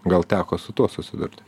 gal teko su tuo susidurti